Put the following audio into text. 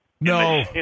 no